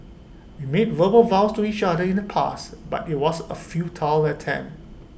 we made verbal vows to each other in the past but IT was A futile attempt